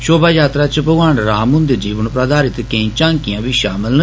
षोभा यात्रा च भगवान श्री राम हुन्दे जीवन पर आधारित केई झांकियें बी षामल न